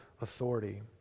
authority